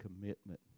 commitment